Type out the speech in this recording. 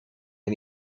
een